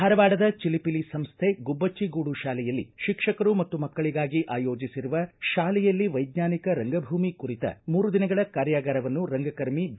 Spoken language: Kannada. ಧಾರವಾಡದ ಚಿಲಿಪಿಲಿ ಸಂಸ್ಥೆ ಗುಬ್ಜಜ್ವಿ ಗೂಡು ಶಾಲೆಯಲ್ಲಿ ಶಿಕ್ಷಕರು ಮತ್ತು ಮಕ್ಕಳಿಗಾಗಿ ಆಯೋಜಿಸಿರುವ ಶಾಲೆಯಲ್ಲಿ ವೈಜ್ಞಾನಿಕ ರಂಗಭೂಮಿ ಕುರಿತ ಮೂರು ದಿನಗಳ ಕಾರ್ಯಾಗಾರವನ್ನು ರಂಗಕರ್ಮಿ ಬಿ